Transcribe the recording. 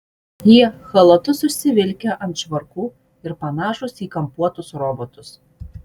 jie chalatus užsivilkę ant švarkų ir panašūs į kampuotus robotus